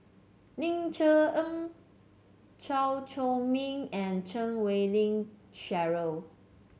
Ling Cher Eng Chew Chor Meng and Chan Wei Ling Cheryl